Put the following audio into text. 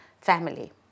family